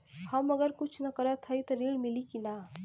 हम अगर कुछ न करत हई त ऋण मिली कि ना?